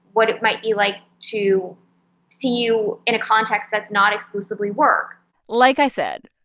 what it might be like to see you in a context that's not exclusively work like i said,